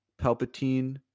Palpatine